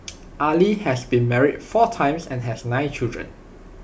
Ali has been married four times and has nine children